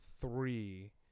three